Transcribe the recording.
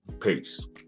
peace